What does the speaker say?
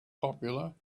popular